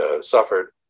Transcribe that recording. suffered